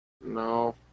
no